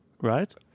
right